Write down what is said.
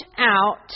out